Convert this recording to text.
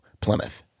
plymouth